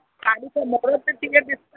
शादी जो मुहूरत टीह दिसंबर